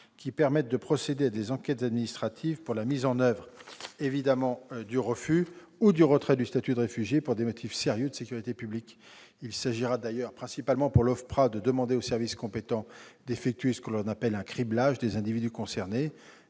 qui permettent de procéder à des enquêtes administratives pour la mise en oeuvre du refus ou du retrait du statut de réfugié pour des motifs sérieux de sécurité publique. Il s'agira d'ailleurs principalement pour l'OFPRA de demander aux services compétents d'effectuer ce qu'on appelle un criblage des individus concernés